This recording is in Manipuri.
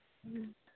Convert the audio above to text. ꯎꯝ